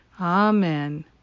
Amen